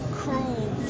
Cruel